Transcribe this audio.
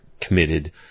committed